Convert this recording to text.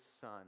son